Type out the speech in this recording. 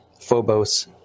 Phobos